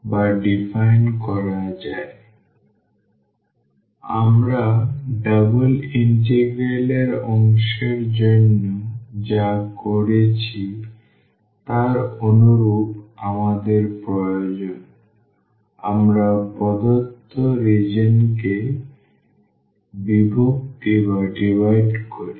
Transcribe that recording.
সুতরাং আমরা double integral এর অংশের জন্য যা করেছি তার অনুরূপ আমাদের প্রয়োজন আমরা প্রদত্ত রিজিওনকে বিভক্ত করি